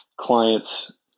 clients